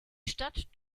stadt